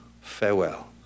farewell